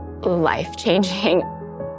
life-changing